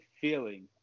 feeling